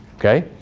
okay.